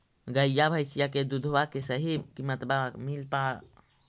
गईया भैसिया के दूधबा के सही किमतबा मिल पा?